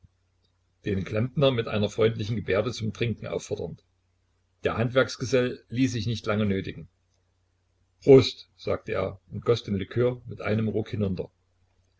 den klempner mit einer freundlichen gebärde zum trinken auffordernd der handwerksgesell ließ sich nicht lange nötigen prost sagte er und goß den likör mit einem ruck hinunter